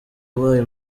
ubaye